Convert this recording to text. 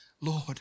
Lord